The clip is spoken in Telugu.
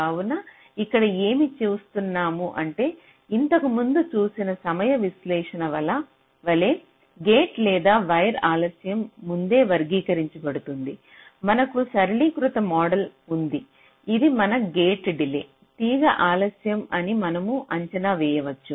కావున ఇక్కడ ఏమి చూస్తున్నాము అంటే ఇంతకు ముందు చూసిన సమయ విశ్లేషణ వలె గేట్ లేదా వైర్ ఆలస్యం ముందే వర్గీకరించబడుతుంది మనకు సరళీకృత మోడల్ ఉంది ఇది మన గేట్ డిలే తీగ ఆలస్యం అని మనము అంచనా వేయవచ్చు